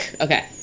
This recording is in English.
Okay